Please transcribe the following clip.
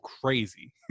crazy